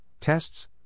tests